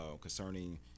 concerning